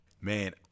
Man